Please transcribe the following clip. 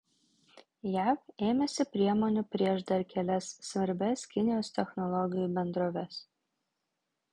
jav ėmėsi priemonių prieš dar kelias svarbias kinijos technologijų bendroves